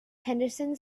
henderson